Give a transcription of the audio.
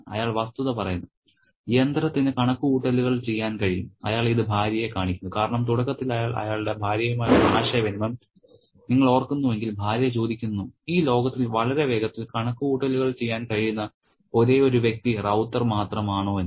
അയാൾ വസ്തുത പറയുന്നു യന്ത്രത്തിന് കണക്കുകൂട്ടലുകൾ ചെയ്യാൻ കഴിയും അയാൾ ഇത് ഭാര്യയെ കാണിക്കുന്നു കാരണം തുടക്കത്തിൽ അയാൾ അയാളുടെ ഭാര്യയുമായുള്ള ആശയവിനിമയം നിങ്ങൾ ഓർക്കുന്നുവെങ്കിൽ ഭാര്യ ചോദിക്കുന്നു ഈ ലോകത്തിൽ വളരെ വേഗത്തിൽ കണക്കുകൂട്ടലുകൾ ചെയ്യാൻ കഴിയുന്ന ഒരേയൊരു വ്യക്തി റൌത്തർ മാത്രമാണോ എന്ന്